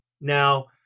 now